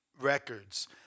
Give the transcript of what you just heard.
records